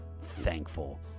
thankful